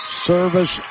service